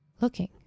Looking